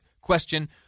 question